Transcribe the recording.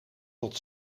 tot